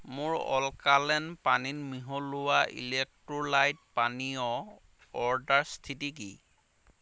মোৰ এলকালেন পানীত মিহলোৱা ইলেক্ট্ৰোলাইট পানীয়ৰ অৰ্ডাৰ স্থিতি কি